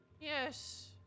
Yes